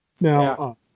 Now